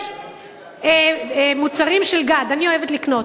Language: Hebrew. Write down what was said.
יש מוצרים של "גד", אני אוהבת לקנות.